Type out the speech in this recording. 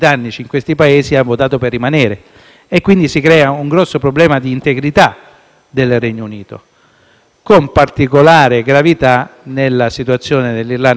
è determinato pertanto un problema di integrità del Regno Unito, con particolare gravità della situazione dell'Irlanda del Nord.